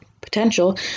potential